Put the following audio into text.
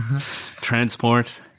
Transport